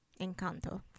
Encanto